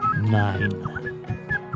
nine